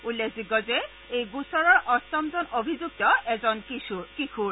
উল্লেখযোগ্য যে এই গোচৰৰ অষ্টমজন অভিযুক্ত এজন কিশোৰ